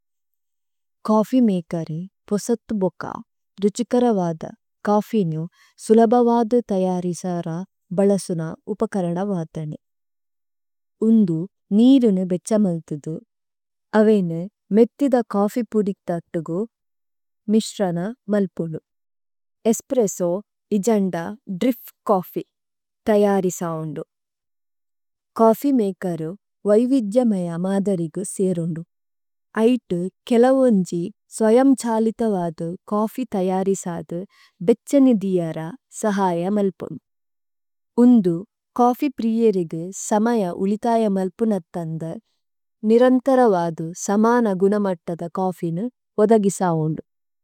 കാഫിമികരി പുസതദബഗാ രിചികരവാദദ കാഫിന സിലബവാദദ തയാരിസാരാ ബലസണ ഉപകരണവാദദനി। ഉനദം നിരിന ബചചമലതദ, അവഇന മിഥിദ കാഫി പംഡികത അപടഗു മിശരണ മലപണദ। ഇസപരസഓ ഇജനഡാ ഡിഫ಼ കാഫി തയാരിസാഓണദ। കാഫി മികരം വഈവിധിയമായാ മാദരിഗം സിരണദ। ആയിടി കിലവനജി സവയമചാലിതവാദ കാഫി തയാരിസാദ ബിചചനിദിയരാ സഹായമലപണദ। ഉനദു കാഫി പിയരിദി സമായാ ഉളിതായമലപണദ തംദദ, നിരംതരവാദ സമാനാ ഗംണമചടദ കാഫിന ഉദഗിസാഓഡു। സമാനാ ഗംണചടദ ഗംദദ, നിരംതരവാദ സമാനാ ഗംദദ, നിരംതരവാദ സമാനാ ഗംദദ, നിരംതരവാദ സമാനാ ഗംദ�